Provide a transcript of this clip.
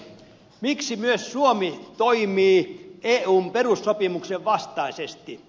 miksi myös suomi toimii eun perussopimuksen vastaisesti